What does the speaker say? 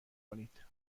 کنید